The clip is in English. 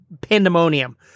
pandemonium